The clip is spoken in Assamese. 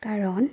কাৰণ